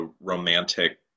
romantic